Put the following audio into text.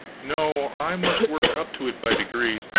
no, i must work up to it by degrees,